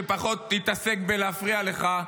שפחות יתעסק בלהפריע לך,